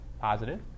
positive